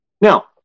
Now